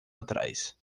atrás